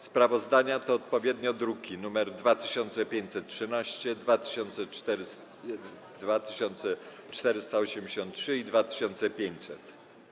Sprawozdania to odpowiednio druki nr 2513, 2483 i 2500.